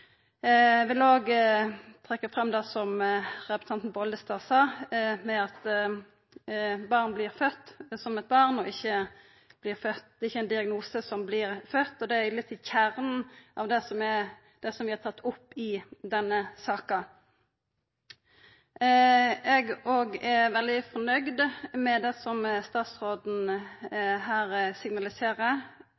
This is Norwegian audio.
vil òg trekkja fram det som representanten Bollestad sa om at eit barn vert født som eit barn, det er ikkje ein diagnose som vert fødd. Det er i kjernen av det som vi har tatt opp i denne saka. Eg er veldig fornøgd med det som statsråden